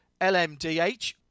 LMDH